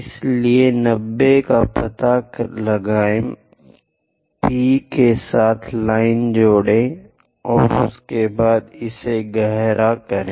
इसलिए 90 का पता लगाएं P के साथ लाइन से जुड़ें और उसके बाद इसे गहरा करें